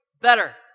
better